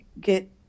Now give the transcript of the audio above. get